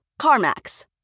CarMax